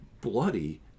bloody